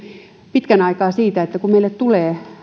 pitkän aikaa siitä että kun meille tulee